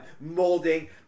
molding